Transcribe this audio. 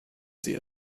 sie